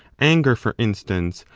anger, for instance,